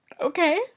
okay